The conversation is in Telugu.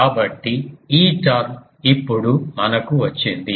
కాబట్టి ఈ టర్మ్ ఇప్పుడు మనకు వచ్చింది